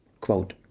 Quote